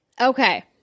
okay